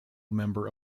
member